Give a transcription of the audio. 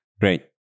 great